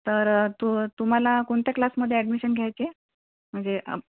तर तो तुम्हाला कोणत्या क्लासमध्ये अॅडमिशन घ्यायचे म्हणजे